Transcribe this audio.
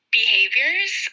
behaviors